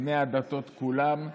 בני הדתות כולם,